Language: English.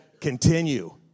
continue